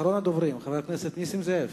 אחרון הדוברים חבר הכנסת נסים זאב.